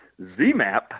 ZMAP